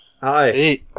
Hi